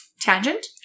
tangent